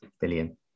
billion